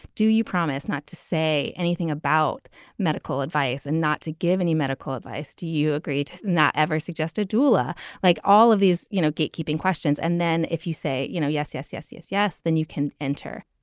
do you promise not to say anything about medical advice and not to give any medical advice? do you agree to not ever suggested dula like all of these, you know, gatekeeping questions? and then if you say, you know, yes, yes, yes, yes, yes. then you can enter